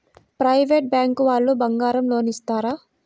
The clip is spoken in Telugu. ప్రైవేట్ బ్యాంకు వాళ్ళు బంగారం లోన్ ఇస్తారా?